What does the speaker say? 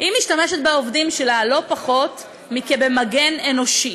היא משתמשת בעובדים שלה כמגן אנושי,